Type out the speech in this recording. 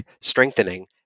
strengthening